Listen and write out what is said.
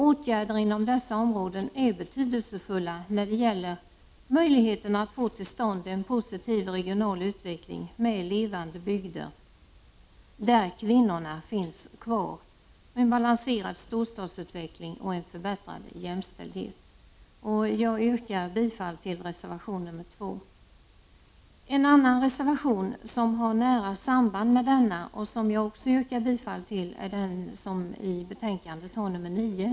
Åtgärder inom dessa områden är betydelsefulla när det gäller möjligheterna att få till stånd en positiv regional utveckling med levande bygder — där kvinnorna finns kvar —, en balanserad storstadsutveckling och en förbättrad jämställdhet. Jag yrkar bifall till reservation nr 2. En annan reservation — som har nära samband med reservation nr 2 — och som jag också yrkar bifall till, är den som i betänkandet har nr 9.